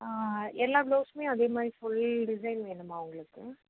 எல்லா பிளவுஸுமே அதேமாதிரி ஃபுல் டிசைன் வேணுமா உங்களுக்கு